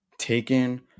taken